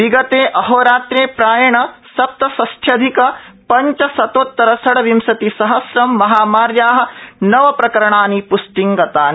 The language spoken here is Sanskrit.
विगते अहोरात्रे प्रायेण सप्त षष्ट्यधिक च शतोतर षड़विंशति सहस्रं महामार्या नवप्रकरणानि ्ष्टिंगतानि